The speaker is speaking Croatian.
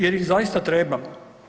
Jer ih zaista trebam?